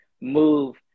move